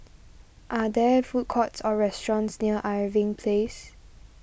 are there food courts or restaurants near Irving Place